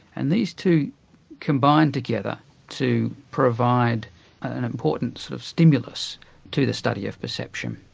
and these two combine together to provide an important sort of stimulus to the study of perception.